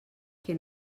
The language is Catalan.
que